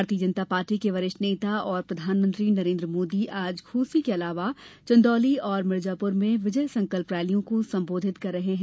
Bharatiya Janata party के वरिष्ठ नेता और प्रधानमंत्री नरेंद्र मोदी आज घोसी के अलावाचंदौली और मिर्जापुर में विजय संकल्प रैलियों को संबोधित कर रहे है